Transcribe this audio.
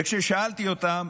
כששאלתי אותם: